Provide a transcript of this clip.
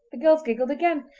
the girls giggled again,